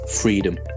freedom